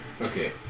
Okay